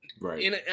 Right